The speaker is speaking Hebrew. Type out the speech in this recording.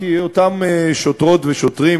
כי אותם שוטרות ושוטרים,